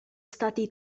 stati